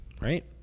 right